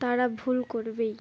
তারা ভুল করবেই